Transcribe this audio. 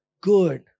good